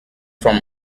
from